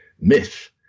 myth